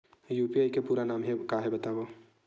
UPI के पूरा नाम का हे बतावव?